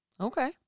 Okay